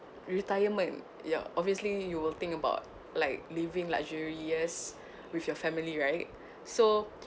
retirement ya obviously you will think about like living luxurious with your family right so